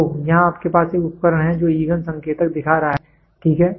तो यहां आपके पास एक उपकरण है जो ईंधन संकेतक दिखा रहा है ठीक है